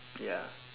ya